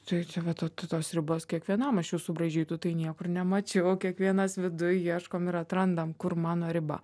tai čia vat to tas ribas kiekvienam aš jų subraižytų tai niekur nemačiau kiekvienas viduj ieškom ir atrandam kur mano riba